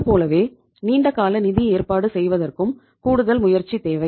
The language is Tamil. இதுபோலவே நீண்ட கால நிதி ஏற்பாடு செய்வதற்கும் கூடுதல் முயற்சி தேவை